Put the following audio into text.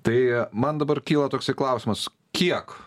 tai man dabar kyla toksai klausimas kiek